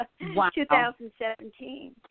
2017